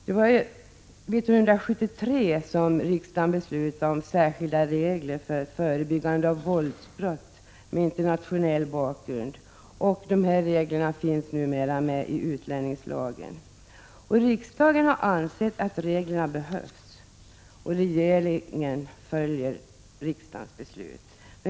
Riksdagen beslutade redan 1973 om särskilda regler för förebyggande av våldsbrott med internationell bakgrund, och dessa regler finns numera med i utlänningslagen. Riksdagen har ansett att reglerna behövs, och regeringen följer riksdagens beslut.